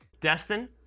Destin